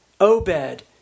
Obed